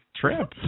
trip